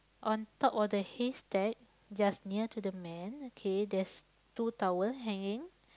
on top of the haystack just near to the man okay there's two towel hanging